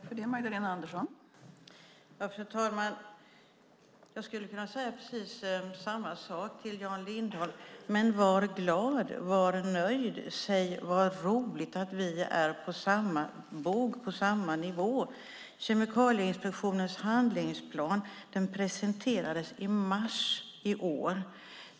Fru talman! Jag skulle kunna säga precis samma sak till Jan Lindholm. Var glad! Var nöjd! Säg att det är roligt att vi är på samma bog och på samma nivå! Kemikalieinspektionens handlingsplan presenterades i mars i år.